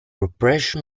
repression